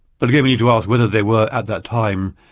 but again, we need to ask whether they were, at that time,